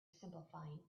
simplifying